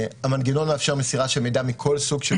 המנגנון מאפשר מסירה של מידע מכל סוג שהוא,